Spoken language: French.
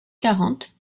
quarante